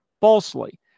falsely